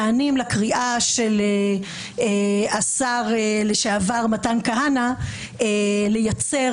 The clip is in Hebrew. נענים לקריאה של השר לשעבר מתן כהנא לייצר